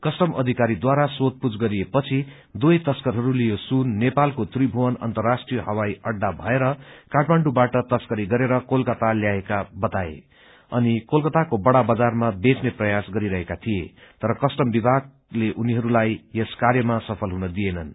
custom अधिकारीद्वारा सोधपूछ गरिए पछि दुवै तश्करहस्ले यो सुन नेपालको त्रिभूवन अन्तर्राष्ट्रीय हवाइ अह्वा भएर काठमाण्डूबाट तश्कारी गरेर कोलकता ल्याएका थिए अनि कोलकताको बड़ा बजारमा बेच्ने प्रयास गरिरहेका थिए तर कस्टम विभागले उनीहरूलाई यस कार्यमा सफल हुन दिएनन्